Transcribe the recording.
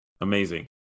Amazing